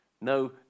No